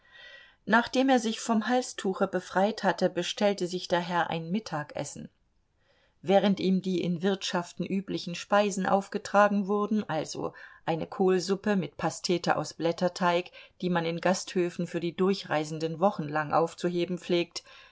nachdem er sich vom halstuche befreit hatte bestellte sich der herr ein mittagessen während ihm die in wirtschaften üblichen speisen aufgetragen wurden also eine kohlsuppe mit pastete aus blätterteig die man in gasthöfen für die durchreisenden wochenlang aufzuheben pflegt